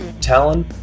Talon